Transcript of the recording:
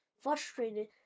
Frustrated